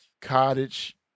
Cottage